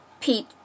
Pete